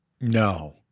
no